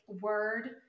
Word